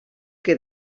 que